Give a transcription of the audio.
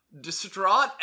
distraught